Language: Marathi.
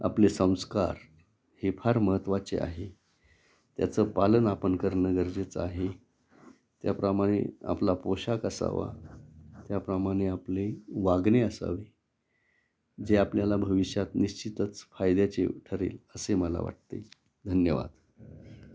आपले संस्कार हे फार महत्त्वाचे आहे त्याचं पालन आपण करणं गरजेचं आहे त्याप्रमाणे आपला पोशाख असावा त्याप्रमाणे आपले वागणे असावे जे आपल्याला भविष्यात निश्चितच फायद्याचे ठरेल असे मला वाटते धन्यवाद